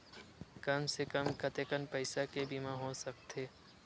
कम से कम कतेकन पईसा के बीमा हो सकथे?